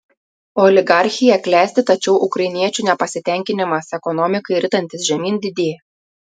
oligarchija klesti tačiau ukrainiečių nepasitenkinimas ekonomikai ritantis žemyn didėja